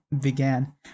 began